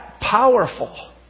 powerful